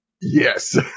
Yes